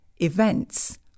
events